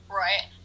right